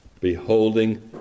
Beholding